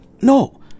No